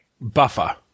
Buffer